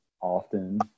often